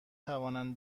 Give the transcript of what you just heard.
توانم